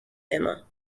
emma